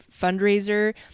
fundraiser